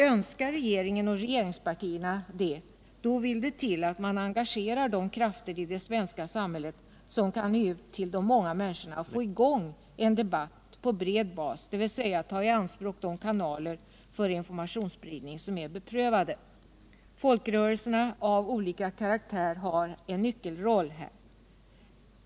Önskar regeringen och regeringspartierna det, vill det till att man engagerar de krafter i det svenska samhället som verkligen kan nå ut till människorna och få i gång en debatt på bred bas, dvs. ta i anspråk de kanaler för informationsspridning som är beprövade. Folkrörelserna av olika karaktär har en nyckelroll.